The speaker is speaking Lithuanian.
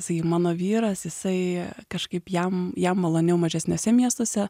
sakym mano vyras jisai kažkaip jam jam maloniau mažesniuose miestuose